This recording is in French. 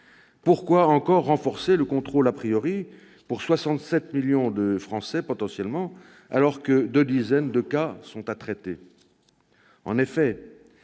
Pourquoi encore renforcer le contrôle pour 67 millions de Français potentiellement concernés, alors que deux dizaines de cas sont à traiter ? En effet,